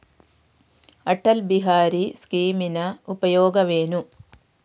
ಅಟಲ್ ಬಿಹಾರಿ ಸ್ಕೀಮಿನ ಉಪಯೋಗವೇನು?